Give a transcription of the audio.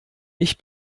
ich